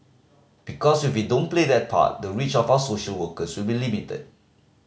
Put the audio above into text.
because if we don't play that part the reach of our social workers will be limited